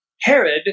Herod